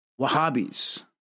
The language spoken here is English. Wahhabis